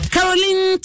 Caroline